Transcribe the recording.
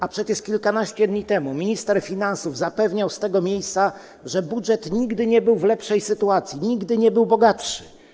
A przecież kilkanaście dni temu minister finansów zapewniał z tego miejsca, że budżet nigdy nie był w lepszej sytuacji, nigdy nie był bogatszy.